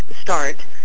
start